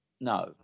no